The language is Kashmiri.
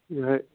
یِہوٚے